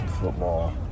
football